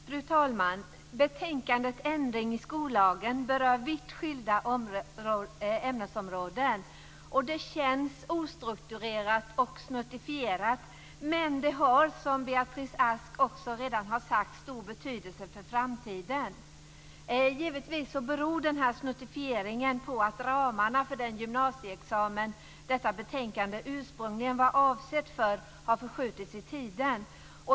Fru talman! Betänkandet Ändring i skollagen m.m. berör vitt skilda ämnesområden. Det känns ostrukturerat och snuttifierat, men det har, som Beatrice Ask också redan har sagt, stor betydelse för framtiden. Givetvis beror snuttifieringen på att ramarna för den gymnasieexamen detta betänkande ursprungligen var avsett för har förskjutits i tiden.